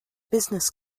business